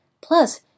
plus